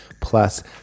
Plus